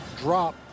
drop